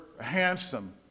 handsome